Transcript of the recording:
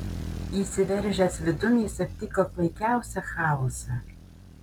įsiveržęs vidun jis aptiko klaikiausią chaosą